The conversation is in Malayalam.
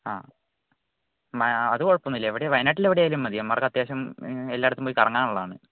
ആ അത് കുഴപ്പം ഒന്നും ഇല്ല എവിടെ വയനാട്ടിൽ എവിടെയായാലും മതി അവന്മാർക്ക് അത്യാവശ്യം എല്ലായിടത്തും പോയി കറങ്ങാനുള്ളതാണ്